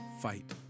fight